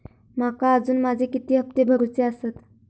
माका अजून माझे किती हप्ते भरूचे आसत?